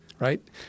Right